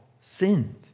sinned